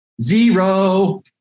Zero